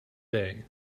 day